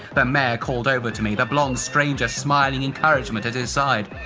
the mayor called over to me the blond stranger smiling encouragement at his side.